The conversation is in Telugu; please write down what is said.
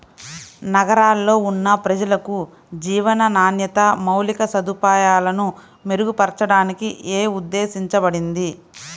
నగరాల్లో ఉన్న ప్రజలకు జీవన నాణ్యత, మౌలిక సదుపాయాలను మెరుగుపరచడానికి యీ ఉద్దేశించబడింది